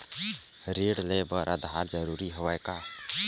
ऋण ले बर आधार जरूरी हवय का?